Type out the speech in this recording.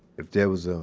if there was ah